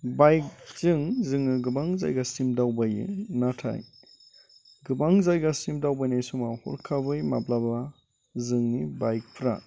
बाइकजों जोङो गोबां जायगासिम दावबायो नाथाय गोबां जायगासिम दावबायनाय समाव हरखाबै माब्लाबा जोंनि बाइकफोरा